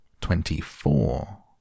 Twenty-four